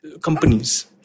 companies